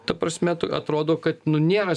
ta prasme at atrodo kad nu nėra